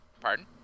Pardon